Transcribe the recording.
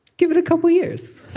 give it a couple years